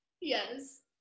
yes